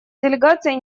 делегация